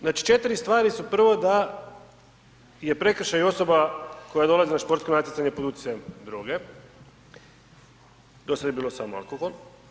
Znači, 4 stvari su prvo da je prekršaj osoba koja dolazi na športsko natjecanje pod utjecajem droge, do sad je bio samo alkohol.